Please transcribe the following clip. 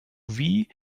wie